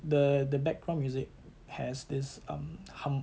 the the background music has this um hum